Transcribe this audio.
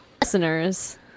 Listeners